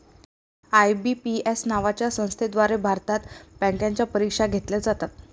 IBPS नावाच्या संस्थेद्वारे भारतात बँकांच्या परीक्षा घेतल्या जातात